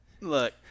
Look